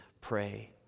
pray